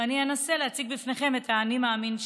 ואני אנסה להציג בפניכם את האני מאמין שלה.